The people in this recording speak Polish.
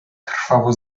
krwawo